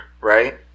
right